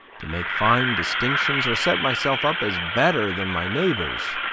to make fine distinctions, or set myself up as better than my neighbors.